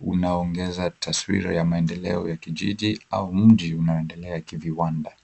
unaongeza taswira ya maendeleo ya kijiji au mji unaoendelea kiviwanda.